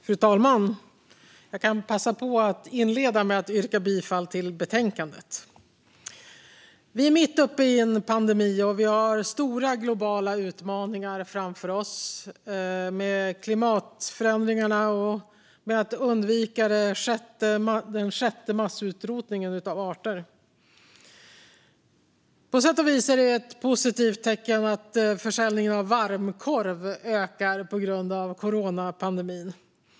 Fru talman! Jag kan passa på att inleda med att yrka bifall till utskottets förslag. Vi är mitt uppe i en pandemi, och vi har stora globala utmaningar framför oss med klimatförändringarna och med att undvika den sjätte massutrotningen av arter. På sätt och vis är det ett positivt tecken att försäljningen av varmkorv ökar på grund av coronapandemin.